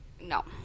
No